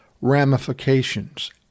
ramifications